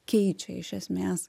keičia iš esmės